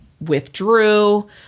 withdrew